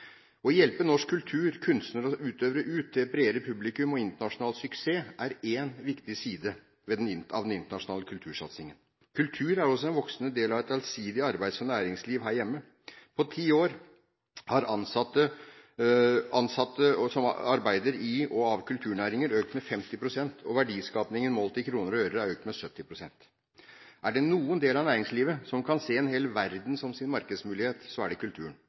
Å hjelpe norsk kultur, norske kunstnere og utøvere ut til et bredere publikum og internasjonal suksess er én viktig side av den internasjonale kultursatsingen. Kultur er også en voksende del av et allsidig arbeids- og næringsliv her hjemme. På ti år har antall ansatte som arbeider i og av kulturnæringer, økt med 50 pst., og verdiskapningen – målt i kroner og øre – er økt med 70 pst. Er det noen del av næringslivet som kan se en hel verden som sin markedsmulighet, er det kulturen.